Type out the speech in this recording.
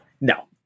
No